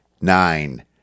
nine